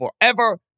forever